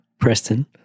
Preston